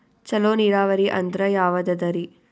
ಚಲೋ ನೀರಾವರಿ ಅಂದ್ರ ಯಾವದದರಿ?